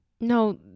No